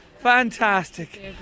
Fantastic